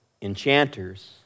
enchanters